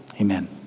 Amen